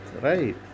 right